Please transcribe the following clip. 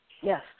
Yes